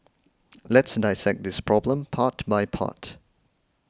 let's dissect this problem part by part